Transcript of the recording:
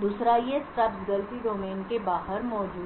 दूसरा ये स्टब्स गलती डोमेन के बाहर मौजूद हैं